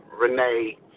Renee